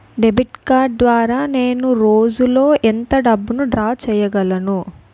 Debit card ద్వారా నేను రోజు లో ఎంత డబ్బును డ్రా చేయగలను?